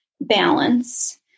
balance